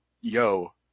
yo